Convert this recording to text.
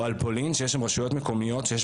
או על פולין שיש בהם רשויות מקומיות שיש